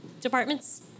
departments